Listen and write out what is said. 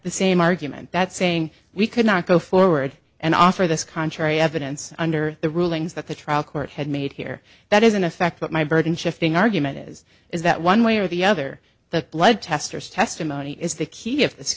the same argument that saying we could not go forward and offer this contrary evidence under the rulings that the trial court had made here that is in effect what my burden shifting argument is is that one way or the other the blood testers testimony is the key of this